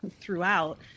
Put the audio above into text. throughout